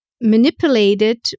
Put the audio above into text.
manipulated